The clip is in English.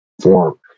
form